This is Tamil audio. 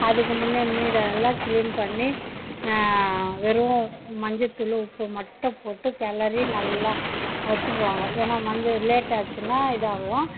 அதுக்கு முன்னே மீனை நல்லா கிளீன் பண்ணி வெறும் மஞ்சள் தூளும் உப்பு மட்டும் போட்டு கிளறி நல்லா வெச்சுருவாங்க ஏன்னால் மஞ்சள் லேட் ஆச்சுன்னா இதாகும்